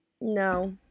No